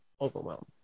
overwhelmed